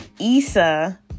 Issa